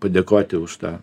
padėkoti už tą